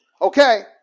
Okay